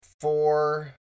four